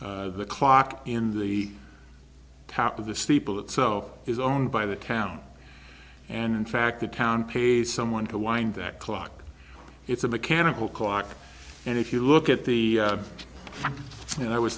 the clock in the top of the steeple itself is owned by the town and in fact the town pays someone to wind that clock it's a mechanical clock and if you look at the and i was